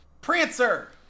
Prancer